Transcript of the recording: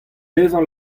dezhañ